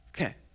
Okay